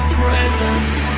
presence